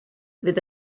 fydd